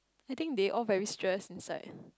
I think they all very stress inside